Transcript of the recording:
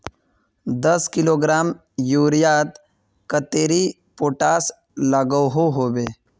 दस किलोग्राम यूरियात कतेरी पोटास लागोहो होबे?